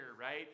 right